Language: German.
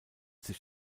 sich